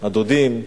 הדודים,